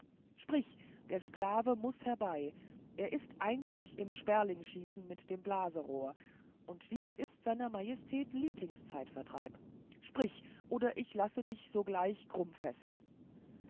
sprich der sklave muß herbei er ist einzig im sperlingschießen mit dem blaserohr und dies ist sr majestät lieblingszeitvertreib sprich oder ich lasse dich sogleich